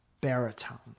baritone